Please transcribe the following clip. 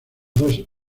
dos